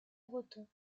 bretons